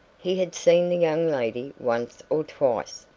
he had seen the young lady once or twice,